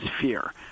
fear